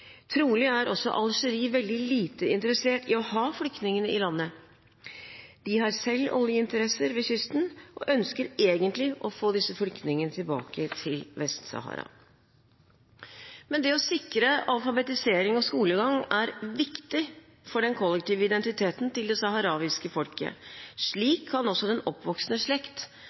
Trolig er Algerie veldig lite interessert i å ha flyktningene i landet. De har selv oljeinteresser ved kysten og ønsker egentlig å få disse flyktningene tilbake til Vest-Sahara. Det å sikre alfabetisering og skolegang er viktig for den kollektive identiteten til det saharawiske folket. Slik kan også den oppvoksende slekt